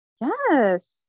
yes